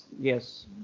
Yes